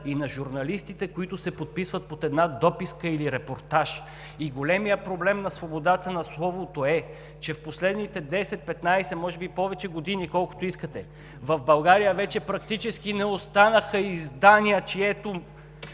и на журналистите, които се подписват под една дописка или репортаж. Големият проблем на свободата на словото е, че в последните 10 – 15, а може би и повече години, колкото искате, в България практически вече не останаха издания, чието